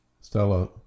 Stella